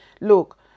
Look